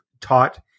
taught